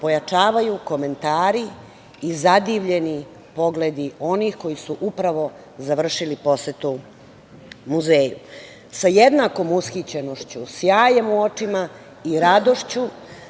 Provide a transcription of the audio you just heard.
pojačavaju komentari i zadivljeni pogledi onih koji su upravo završili posetu muzeju. Sa jednakom ushićenošću, sjajem u očima i radošću